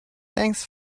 thanks